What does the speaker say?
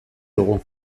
dugu